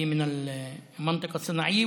בגלל שהיא קשורה להחזרים כספיים מהאזור התעשייתי